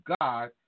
God